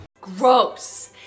gross